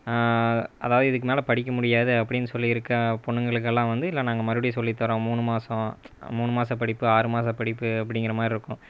அதாவது இதுக்குமேலே படிக்க முடியாது அப்படின்னு சொல்லி இருக்க பொண்ணுங்களுக்கெல்லாம் வந்து இல்லை நாங்கள் மறுபடியும் சொல்லித்தர்றோம் மூணு மாதம் மூணு மாதம் படிப்பு ஆறு மாதம் படிப்பு அப்படிங்கிற மாதிரி இருக்கும்